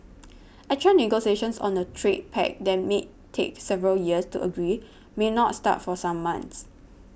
actual negotiations on a trade pact that may take several years to agree may not start for some months